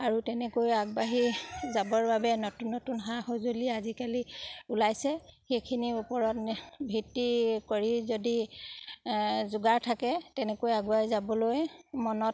আৰু তেনেকৈ আগবাঢ়ি যাবৰ বাবে নতুন নতুন সা সঁজুলি আজিকালি ওলাইছে সেইখিনিৰ ওপৰত ভিত্তি কৰি যদি যোগাৰ থাকে তেনেকৈ আগুৱাই যাবলৈ মনত